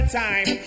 time